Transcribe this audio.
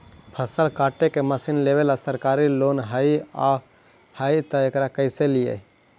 फसल काटे के मशीन लेबेला सरकारी लोन हई और हई त एकरा कैसे लियै?